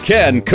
Ken